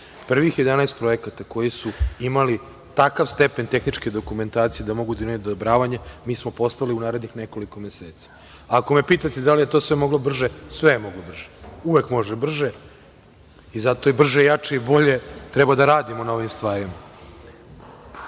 Prvih 11 projekata koji su imali takav stepen tehničke dokumentacije da mogu da imaju odobravanje poslali smo u narednih nekoliko meseci. Ako me pitate da li je to sve moglo brže – sve je moglo brže. Uvek može brže i zato i brže, jače i bolje treba da radimo na ovim stvarima.